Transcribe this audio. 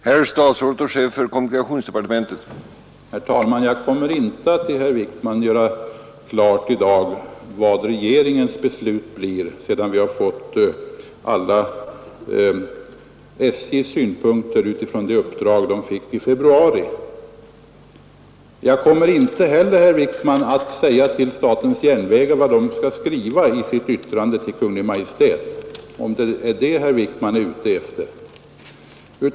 Herr talman! Jag kommer inte att för herr Wijkman i dag göra klart vad regeringens beslut blir, sedan vi fått SJ:s alla synpunkter med anledning av det uppdrag SJ fick i februari. Jag kommer inte heller, herr Wijkman, att säga till statens järnvägar vad man skall skriva i sitt yttrande till Kungl. Maj:t, om det är det herr Wijkman är ute efter.